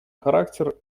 характер